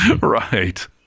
right